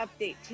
update